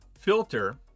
filter